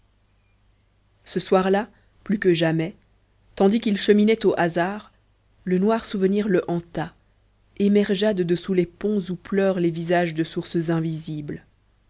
ce soir-là plus que jamais tandis qu'il cheminait au hasard le noir souvenir le hanta émergea de dessous les ponts où pleurent les visages de sources invisibles